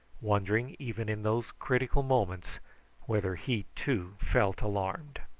wondering even in those critical moments whether he too felt alarmed.